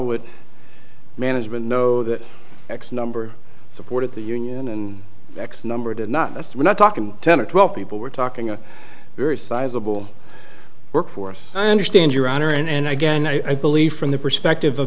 would management know that x number support the union and x number did not we're not talking ten or twelve people we're talking a very sizable workforce i understand your honor and again i believe from the perspective of